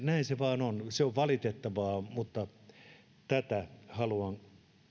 näin se vain on se on valitettavaa tätä haluan